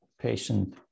patient